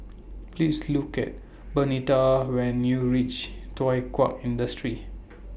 Please Look IT Bernita when YOU REACH Thow Kwang Industry